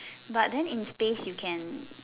but then in space you can